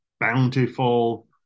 bountiful